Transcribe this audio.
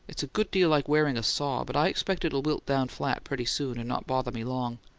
it's a good deal like wearing a saw but i expect it'll wilt down flat pretty soon, and not bother me long.